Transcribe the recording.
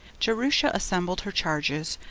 jerusha assembled her charges,